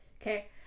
Okay